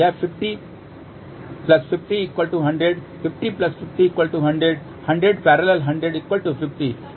यह 50 50 100 50 50 100 100 100 50 है